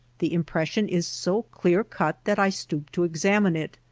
the im pression is so clear cut that i stoop to examine it.